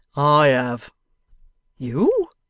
i have you!